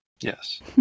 Yes